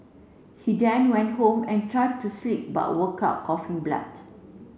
he then went home and tried to sleep but woke up coughing blood